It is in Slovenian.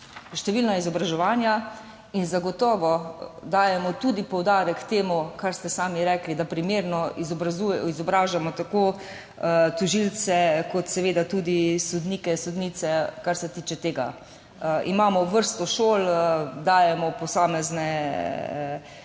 številna izobraževanja in zagotovo dajemo tudi poudarek temu, kar ste sami rekli, da primerno izobražujemo tako tožilce kot seveda tudi sodnike, sodnice kar se tega tiče. Imamo vrsto šol, dajemo tudi posamezne primere